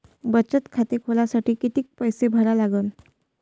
बचत खाते खोलासाठी किती पैसे भरा लागन?